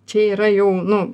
čia yra jau nu